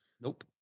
Nope